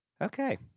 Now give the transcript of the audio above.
okay